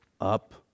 up